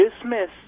dismiss